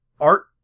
art